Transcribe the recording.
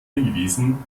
hingewiesen